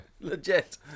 legit